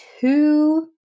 two